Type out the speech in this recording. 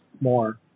more